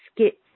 skits